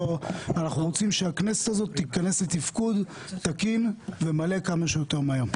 אנחנו רוצים שהכנסת הזו תיכנס לתפקוד תקין ומלא כמה שיותר מהר.